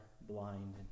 blind